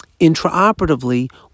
intraoperatively